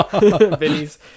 Vinny's